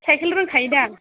सायखेल रोंखायो दा